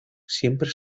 siempre